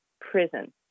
prison